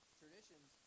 traditions